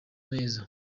neza